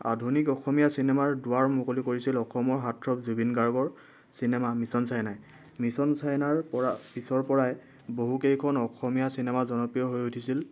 আধুনিক অসমীয়া চিনেমাৰ দুৱাৰ মুকলি কৰিছিল অসমৰ হাৰ্টথ্ৰব জুবিন গাৰ্গৰ চিনেমা মিছন চাইনাই মিছন চাইনাৰ পৰা পিছৰ পৰাই বহুকেইখন অসমীয়া চিনেমা জনপ্ৰিয় হৈ উঠিছিল